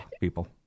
people